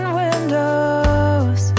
windows